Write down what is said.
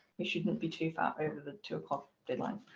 we shouldn't be too far over the two o'clock deadline.